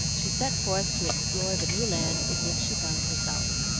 she set forth to explore the new land in which she found herself.